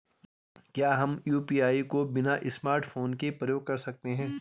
क्या हम यु.पी.आई को बिना स्मार्टफ़ोन के प्रयोग कर सकते हैं?